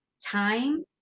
time